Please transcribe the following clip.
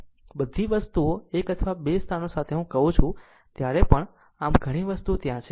ઘણી વસ્તુઓ 1 અથવા 2 સ્થાનો સાથે કહું છું ત્યારે પણ આમ ઘણી વસ્તુઓ ત્યાં છે